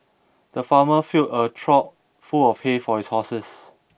the farmer filled a trough full of hay for his horses